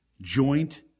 joint